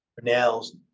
nails